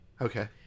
Okay